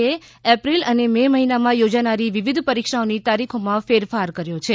એ April અને May મહિનામાં યોજાનારી વિવિધ પરીક્ષાઓની તારીખોમાં ફેરફાર કર્યો છે